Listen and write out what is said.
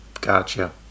Gotcha